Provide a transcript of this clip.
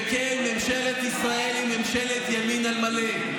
וכן, ממשלת ישראל זו ממשלת ימין על מלא.